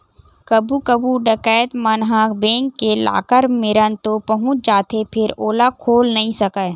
कभू कभू डकैत मन ह बेंक के लाकर मेरन तो पहुंच जाथे फेर ओला खोल नइ सकय